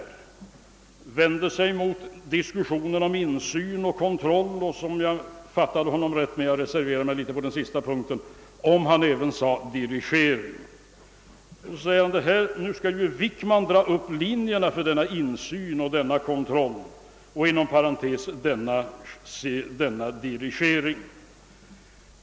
Han vände sig mot diskussionen om insyn, kontroll och, om jag fattade honom rätt — jag reserverar mig på denna sista punkt — dirigering. Han sade: Nu skall ju herr Wickman dra upp riktlinjerna för en insyn och kontroll och möjligen också dirigering.